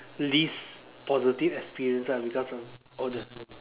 least positive experience lah because of all the